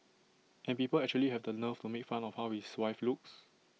and people actually have the nerve to make fun of how his wife looks